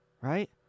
Right